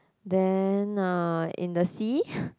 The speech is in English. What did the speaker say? then uh in the sea